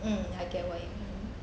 mm I get why